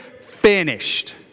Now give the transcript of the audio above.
finished